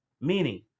meaning